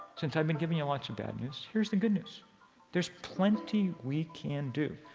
since i've been giving you lots of bad news, here's the good news there's plenty we can do.